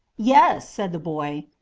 yes, said the boy.